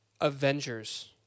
Avengers